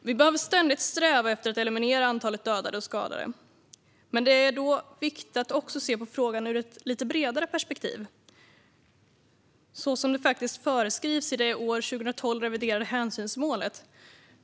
Vi behöver ständigt sträva efter att eliminera antalet dödade och skadade. Det är då viktigt att också se på frågan ur ett lite bredare perspektiv så som det föreskrivs i det år 2012 reviderade hänsynsmålet.